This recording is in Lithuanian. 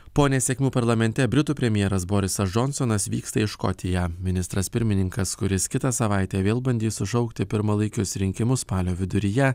po nesėkmių parlamente britų premjeras borisas džonsonas vyksta į škotiją ministras pirmininkas kuris kitą savaitę vėl bandys sušaukti pirmalaikius rinkimus spalio viduryje